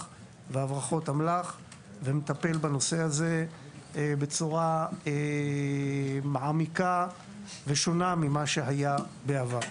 והברחות אמל"ח ומטפל בנושא הזה בצורה מעמיקה ושונה ממה שהיה בעבר.